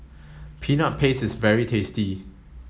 peanut paste is very tasty